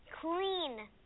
Clean